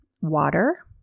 water